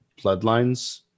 bloodlines